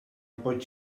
pots